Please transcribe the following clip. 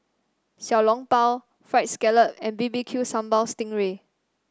Xiao Long Bao Fried Scallop and B B Q Sambal Sting Ray